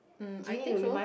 mm I think so